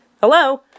Hello